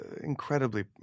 incredibly